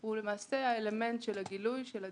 הוא האלמנט של הגילוי, של ה-disclosure,